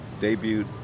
debuted